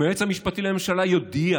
אם היועץ המשפטי לממשלה יודיע